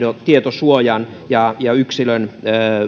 tietosuojan ja yksilön